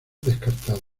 descartado